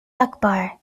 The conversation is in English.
akbar